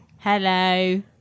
Hello